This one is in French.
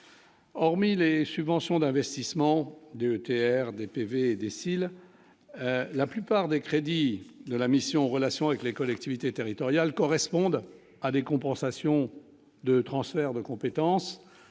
Hormis les subventions d'investissement de Tr des PV cils, la plupart des crédits de la mission, relations avec les collectivités territoriales correspondent à des compensations de transferts de compétences,